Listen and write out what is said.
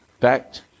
fact